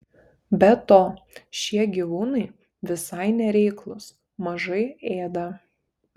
be to šie gyvūnai visai nereiklūs mažai ėda